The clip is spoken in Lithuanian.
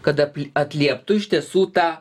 kada atlieptų iš tiesų tą